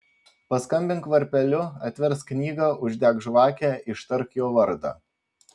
paskambink varpeliu atversk knygą uždek žvakę ištark jo vardą